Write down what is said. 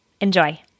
Enjoy